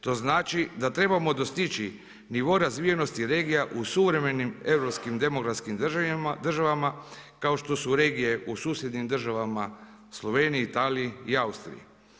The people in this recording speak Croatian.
To znači da trebamo dostići nivo razvijenosti regija u suvremenim europskim demokratskim državama kao što su regije u susjednim državama Sloveniji, Italiji i Austriji.